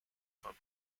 from